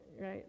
right